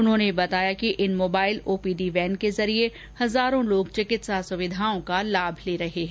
उन्होंने बताया कि इन मोबाइल ओपीडी वैन के जरिए हजारों लोग चिकित्सा सुविधाओं का लाभ ले रहे हैं